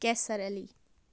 Kesar Ali